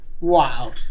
Wow